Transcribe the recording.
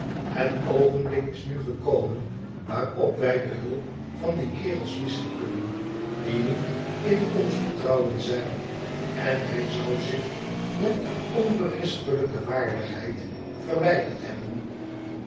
het oogenblik is nu gekomen waarop wij de hulp van die kerels missen kunnen die niet in ons vertrouwen zijn en hij zou zich met onberispelijke waardigheid verwijderd hebben